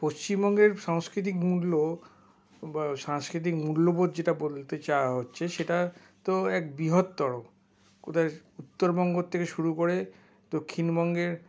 পশ্চিমবঙ্গের সাংস্কৃতিক মূল্য বা সাংস্কৃতিক মূল্যবোধ যেটা বলতে চাওয়া হচ্ছে সেটা তো এক বৃহত্তর কোথায় উত্তরবঙ্গ থেকে শুরু করে দক্ষিণবঙ্গের